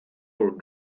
for